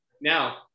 Now